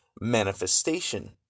manifestation